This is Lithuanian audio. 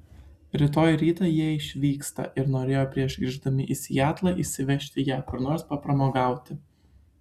rytoj rytą jie išvyksta ir norėjo prieš grįždami į sietlą išsivežti ją kur nors papramogauti